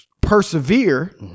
persevere